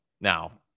Now